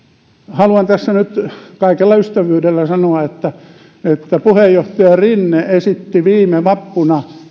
haluan tässä nyt kaikella ystävyydellä sanoa että puheenjohtaja rinne lupasi viime vappuna